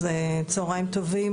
אז צוהריים טובים,